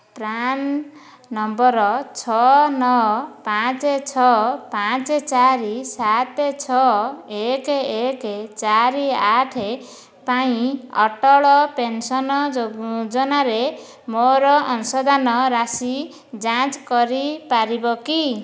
PRAN number ଛଅ ନଅ ପାଞ୍ଚ ଛଅ ପାଞ୍ଚ ଚାରି ସାତ ଛଅ ଏକ ଏକ ଚାରି ଆଠ ପାଇଁ ଅଟଳ ପେନ୍ସନ୍ ଯୋଜନାରେ ମୋର ଅଂଶଦାନ ରାଶି ଯାଞ୍ଚ କରିପାରିବ କି